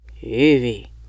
Evie